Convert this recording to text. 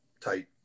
tight